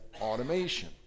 automation